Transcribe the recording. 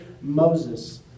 Moses